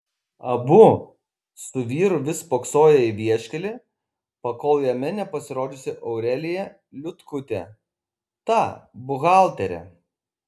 abu su vyru vis spoksoję į vieškelį pakol jame nepasirodžiusi aurelija liutkutė ta buhalterė